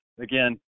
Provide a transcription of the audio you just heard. again